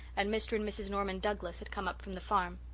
and mr. and mrs. norman douglas had come up from the farm.